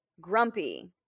grumpy